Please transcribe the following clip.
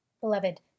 Beloved